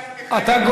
אז אתה תקשיב?